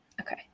okay